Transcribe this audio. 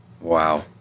Wow